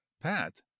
pat